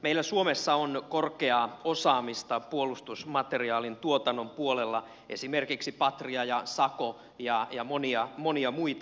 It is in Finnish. meillä suomessa on korkeaa osaamista puolustusmateriaalin tuotannon puolella esimerkiksi patria ja sako ja monia muita